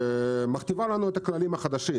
שמכתיב לנו את הכללים החדשים.